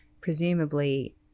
Presumably